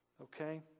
Okay